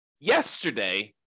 yesterday